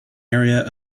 area